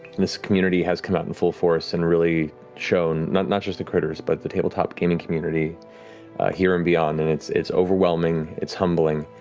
and this community has come out in full force and really shown, not not just the critters, but the tabletop gaming community here and beyond, and it's it's overwhelming, it's humbling.